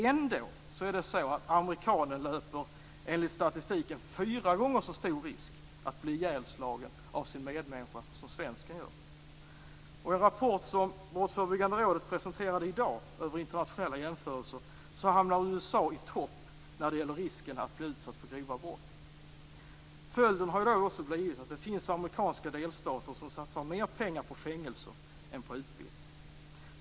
Ändå är det så att amerikanen enligt statistiken löper fyra gånger så stor risk att bli ihjälslagen av sin medmänniska som svensken gör. I en rapport över internationella jämförelser som Brottsförebyggande rådet presenterade i dag hamnar USA i topp när det gäller risken att bli utsatt för grova brott. Följden har också blivit att det finns amerikanska delstater som satsar mer pengar på fängelser än på utbildning.